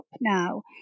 now